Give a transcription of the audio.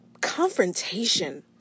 confrontation